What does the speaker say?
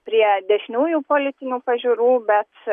prie dešiniųjų politinių pažiūrų bet